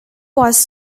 was